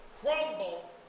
crumble